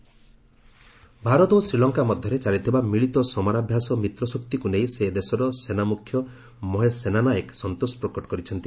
Sri Lanka army Bharat ଓ ଶ୍ରୀଲଙ୍କା ମଧ୍ୟରେ ଚାଲିଥିବା ମିଳିତ ସମରାଭ୍ୟାସ ମିତ୍ରଶକ୍ତିକୁ ନେଇ ସେ ଦେଶର ସେନାମୁଖ୍ୟ ମହେଶ ସେନାନାୟକ ସନ୍ତୋଷ ପ୍ରକଟ କରିଛନ୍ତି